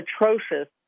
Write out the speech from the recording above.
atrocious